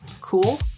cool